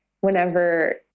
whenever